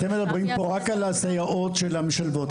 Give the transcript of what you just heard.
אתם מדברים פה רק על הסייעות של המשלבות.